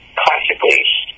classically